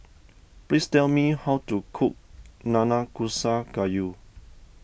please tell me how to cook Nanakusa Gayu